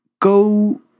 Go